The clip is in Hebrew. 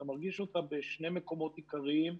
אתה מרגיש אותה בשני מקומות עיקריים.